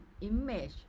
image